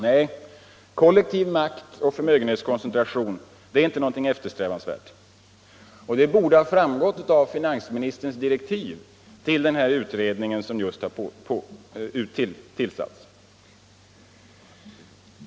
Nej, kollektiv maktoch förmögenhetskoncentration är inte något eftersträvansvärt. Det borde ha framgått av finansministerns direktiv till den utredning som nyligen har tillsatts.